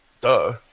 duh